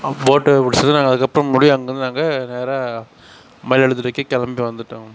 போட்டை பிடிச்சி தான் நாங்கள் அதுக்கப்புறம் மறுபடி அங்கேருந்து நாங்கள் நேராக மயிலாடுதுறைக்கு கிளம்பி வந்துவிட்டோம்